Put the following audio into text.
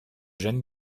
gêne